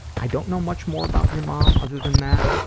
i don't know much more about your mom other than that,